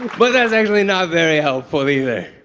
but that's actually not very helpful either.